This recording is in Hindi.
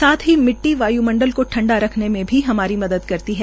साथ ही मिट्टी वाय्मंडल को ठंडा रखने में भी हमारी मदद करती है